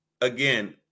again